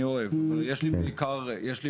אני אוהב, אבל יש לי בעיקר שאלות.